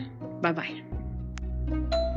Bye-bye